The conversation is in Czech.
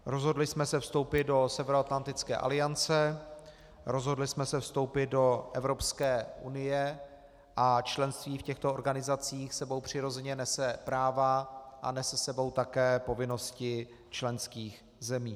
Rozhodli jsme se vstoupit do Severoatlantické aliance, rozhodli jsme se vstoupit do Evropské unie a členství v těchto organizacích s sebou přirozeně nese práva a nese s sebou také povinnosti členských zemí.